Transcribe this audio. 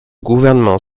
gouvernement